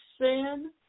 sin